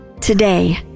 today